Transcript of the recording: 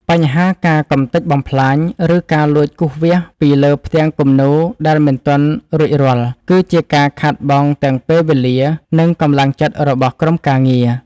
បញ្ហាការកម្ទេចបំផ្លាញ ឬការលួចគូសវាសពីលើផ្ទាំងគំនូរដែលមិនទាន់រួចរាល់ គឺជាការខាតបង់ទាំងពេលវេលា និងកម្លាំងចិត្តរបស់ក្រុមការងារ។